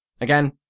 Again